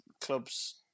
clubs